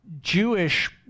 Jewish